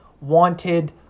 wanted